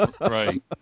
Right